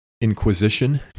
inquisition